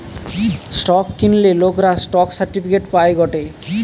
stock কিনলে লোকরা stock certificate পায় গটে